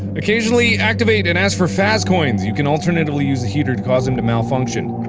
occasionally activate and ask for fast coins. you can alternately use the heater to cause him to malfunction.